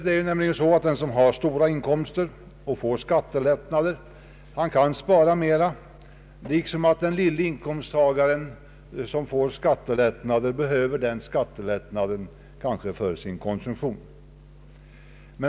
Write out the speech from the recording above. Det är nämligen så att den som har stora inkomster och får skattelättnader kan spara mera, medan den som har små inkomster och får skattelättnader behöver använda pengarna till sin konsumtion.